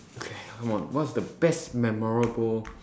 ok come on what's the best memorable